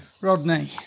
Rodney